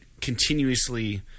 continuously